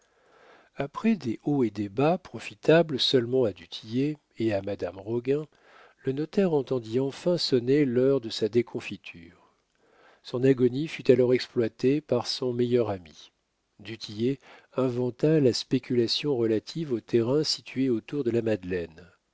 après des hauts et des bas profitables seulement à du tillet et à madame roguin le notaire entendit enfin sonner l'heure de sa déconfiture son agonie fut alors exploitée par son meilleur ami du tillet inventa la spéculation relative aux terrains situés autour de la madeleine